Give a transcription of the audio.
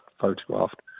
photographed